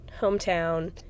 Hometown